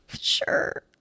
Sure